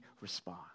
respond